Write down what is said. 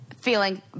feeling